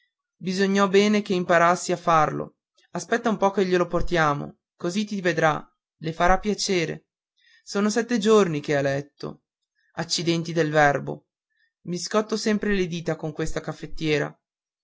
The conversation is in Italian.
bisognò bene che imparassi a farlo aspetta un po che glie lo portiamo così ti vedrà le farà piacere son sette giorni che è a letto accidenti del verbo i scotto sempre le dita con questa caffettiera